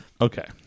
Okay